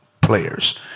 players